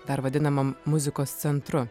dar vadinamam muzikos centru